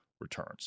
returns